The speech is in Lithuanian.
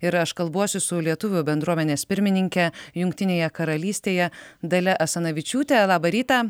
ir aš kalbuosi su lietuvių bendruomenės pirmininke jungtinėje karalystėje dalia asanavičiūte labą rytą